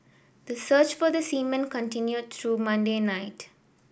the search for the seamen continued through Monday night